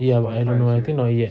ya but I don't know ah I think not yet